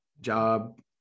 job